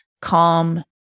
calm